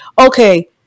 okay